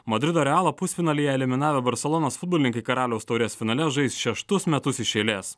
madrido realo pusfinalyje eliminavę barselonos futbolininkai karaliaus taurės finale žais šeštus metus iš eilės